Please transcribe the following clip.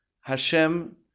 Hashem